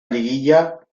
liguilla